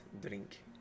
drink